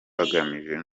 bagamije